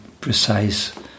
precise